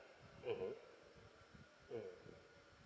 mm mm mm